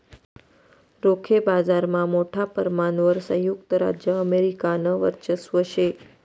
रोखे बाजारमा मोठा परमाणवर संयुक्त राज्य अमेरिकानं वर्चस्व शे